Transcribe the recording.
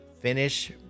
Finish